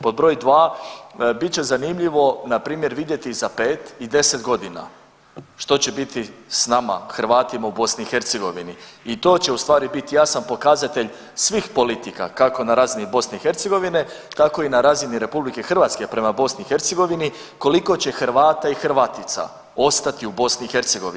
Pod broj dva, bit će zanimljivo npr. vidjeti za 5 i 10 godina što će biti s nama Hrvatima u BiH i to će ustvari biti jasan pokazatelj svih politika, kako na razini BiH tako i na razini RH prema BiH, koliko će Hrvata i Hrvatica ostati u BiH.